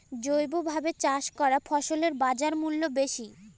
জৈবভাবে চাষ করা ফসলের বাজারমূল্য বেশি